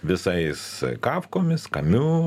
visais kafkomis kamiu